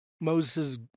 Moses